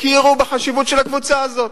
הכירו בחשיבות של הקבוצה הזאת.